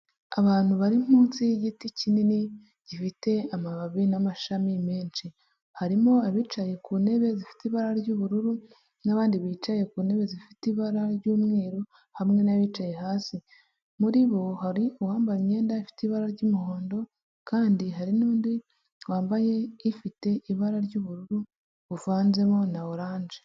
Abantu bari munsi y'igiti kinini gifite amababi n'amashami menshi, harimo abicaye ku ntebe zifite ibara ry'ubururu n'bandi bicaye ku ntebe zifite ibara ry'umweru hamwe n'abicaye hasi. Muri bo hari uwambaye imyenda afite ibara ry'umuhondo kandi hari n'undi wambaye ifite ibara ry'ubururu buvanzemo na oranje.